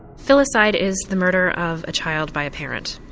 filicide is the murder of a child by a parent.